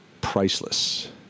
priceless